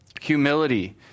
humility